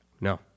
No